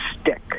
stick